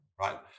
Right